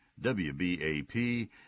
WBAP